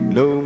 no